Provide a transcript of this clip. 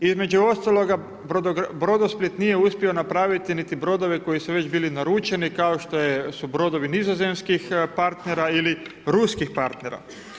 Između ostaloga Brodosplit nije uspio napraviti niti brodove koji su već bili naručeni kao što su brodovi nizozemskih partnera ili ruskih partnera.